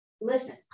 listen